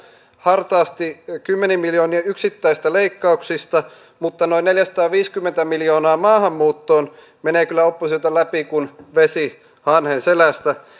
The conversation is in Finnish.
hartaasti kymmenien miljoonien yksittäisistä leikkauksista mutta noin neljäsataaviisikymmentä miljoonaa maahanmuuttoon menee kyllä oppositiolta läpi kuin vesi hanhen selästä se